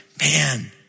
man